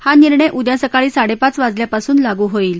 हा निर्णय उद्या सकाळी साडेपाच वाजल्यापासून लागू होईल